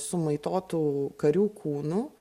sumaitotų karių kūnų